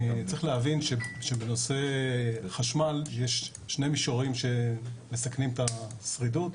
צריך להבין שבנושא חשמל יש שני מישורים שמסכנים את השרידות,